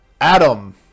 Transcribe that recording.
Adam